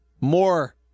More